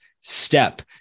step